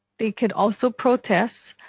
they could also protest.